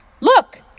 look